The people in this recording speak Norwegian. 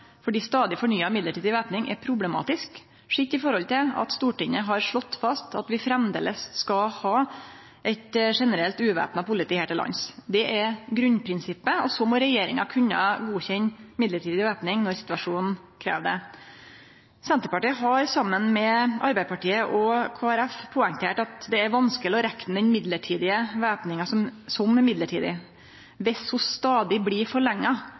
fordi stadig fornya mellombels væpning er problematisk sett i forhold til at Stortinget har slått fast at vi framleis skal ha eit generelt uvæpna politi her til lands. Det er grunnprinsippet, og så må regjeringa kunne godkjenne mellombels væpning når situasjonen krev det. Senterpartiet har saman med Arbeidarpartiet og Kristeleg Folkeparti poengtert at det er vanskeleg å rekne den mellombelse væpninga som mellombels, dersom ho stadig blir